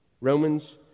Romans